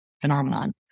phenomenon